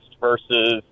versus